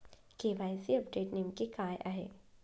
KYC update नेमके काय आहे?